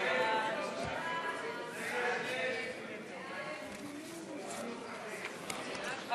ההסתייגות (43) של קבוצת סיעת יש עתיד לסעיף 5 לא נתקבלה.